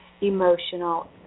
emotional